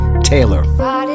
Taylor